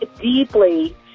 deeply